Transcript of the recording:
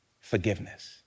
forgiveness